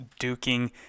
duking